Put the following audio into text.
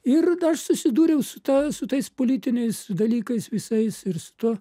ir aš susidūriau su ta su tais politiniais dalykais visais ir su tuo